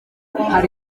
hari